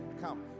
come